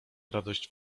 radość